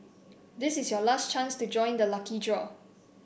this is your last chance to join the lucky draw